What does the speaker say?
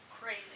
crazy